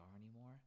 anymore